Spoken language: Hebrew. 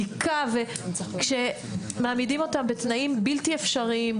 בדיקה וכשמעמידים אותם בתנאים בלתי אפשריים,